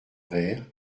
vers